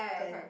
ten